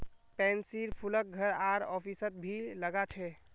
पैन्सीर फूलक घर आर ऑफिसत भी लगा छे